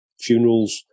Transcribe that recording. funerals